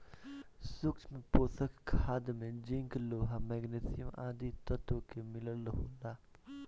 सूक्ष्म पोषक खाद में जिंक, लोहा, मैग्निशियम आदि तत्व के मिलल होला